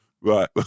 Right